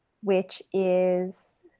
which is